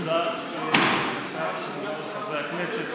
תודה לחברי הכנסת.